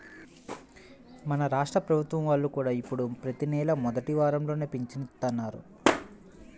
మన రాష్ట్ర ప్రభుత్వం వాళ్ళు కూడా ఇప్పుడు ప్రతి నెలా మొదటి వారంలోనే పింఛను ఇత్తన్నారు